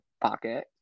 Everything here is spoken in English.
pocket